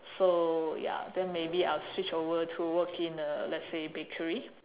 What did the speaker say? so ya then maybe I'll switch over to work in a like let's say bakery